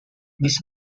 this